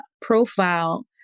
profile